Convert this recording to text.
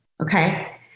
okay